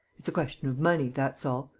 it's a question of money, that's all.